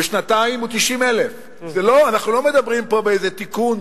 בשנתיים הוא 90,000. אנחנו לא מדברים פה באיזה תיקון